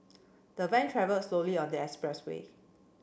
the van travelled slowly on the expressway